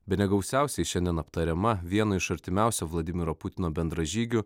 bene gausiausiai šiandien aptariama vieno iš artimiausių vladimiro putino bendražygių